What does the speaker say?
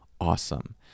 Awesome